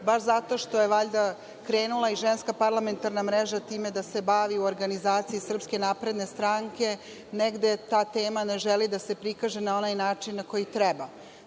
Baš zato što je valjda krenula i Ženska parlamentarna mreža time da se bavi u organizaciji SNS, negde ta tema ne želi da se prikaže na onaj način na koji treba. Treba